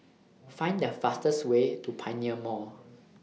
Find The fastest Way to Pioneer Mall